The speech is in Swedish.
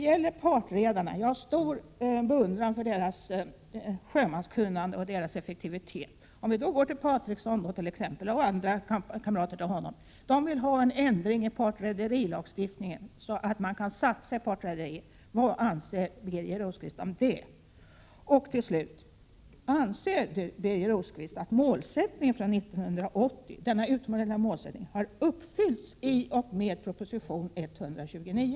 Jag hyser stor beundran för partredarnas sjömanskunnande och effektivitet. T.ex. Patriksson och kamrater till honom vill ha till stånd en ändring i partrederilagstiftningen så att man kan satsa i partrederier. Vad anser Birger Rosqvist om det? Till sist: Anser Birger Rosqvist att den utomordentliga målsättningen från 1980 har uppfyllts i och med proposition 129?